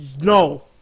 No